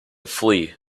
flee